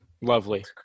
Lovely